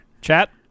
chat